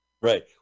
Right